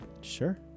Sure